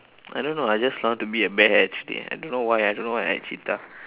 I don't know I just I want to be a bear actually I don't know why I don't know why I add cheetah